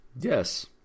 Yes